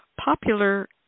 popular